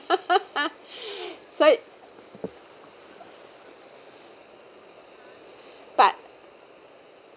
so but